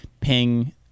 Ping